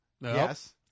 Yes